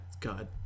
God